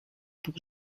pour